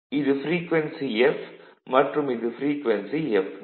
இது frequency f மற்றும் இது ப்ரீக்வென்சி fo